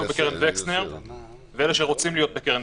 בקרן וקסנר ואלה שרוצים להיות בקרן וקסנר.